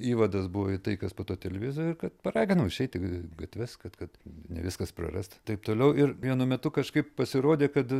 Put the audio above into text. įvadas buvo į tai kas po to televizijoj ir kad paraginau išeiti į gatves kad kad ne viskas prarasta taip toliau ir vienu metu kažkaip pasirodė kad